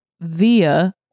via